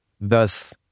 Thus